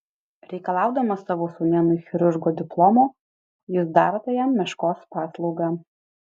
reikalaudamas savo sūnėnui chirurgo diplomo jūs darote jam meškos paslaugą